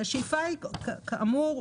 כאמור,